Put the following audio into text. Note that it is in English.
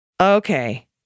Okay